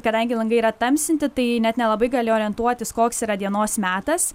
kadangi langai yra tamsinti tai net nelabai gali orientuotis koks yra dienos metas